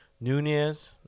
Nunez